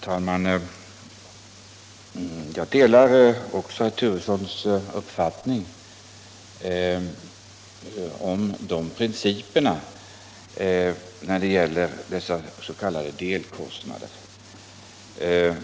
Herr talman! Jag delar herr Turessons uppfattning om principerna när det gäller dessa s.k. delkostnader.